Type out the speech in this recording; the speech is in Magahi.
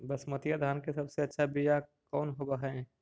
बसमतिया धान के सबसे अच्छा बीया कौन हौब हैं?